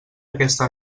aquesta